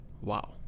Wow